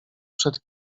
przed